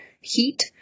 heat